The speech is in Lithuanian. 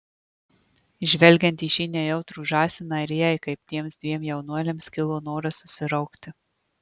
žvelgiant į šį nejautrų žąsiną ir jai kaip tiems dviem jaunuoliams kilo noras susiraukti